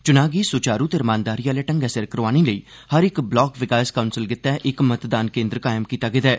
चुनां गी सुचारू ते रमानदारी आहले ढंग्गै सिर करोआने लेई हर इक ब्लाक विकास काउंसल गितै इक मतदान केन्द्र कायम कीता गेदा ऐ